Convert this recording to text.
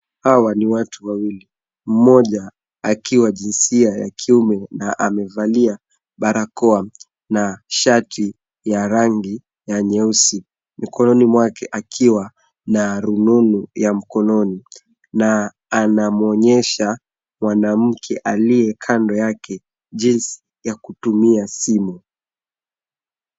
Hawa ni watu wawili, mmoja akiwa jinsia ya kiume na amevalia barakoa na shati ya rangi ya nyeusi. Mkononi mwake akiwa na rununu ya mkononi na anamwonyesha mwanamke aliyekando yake jinsi ya kutumia simu.